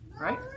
Right